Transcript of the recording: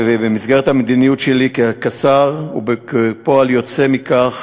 ובמסגרת המדיניות שלי כשר, וכפועל יוצא מכך